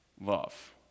love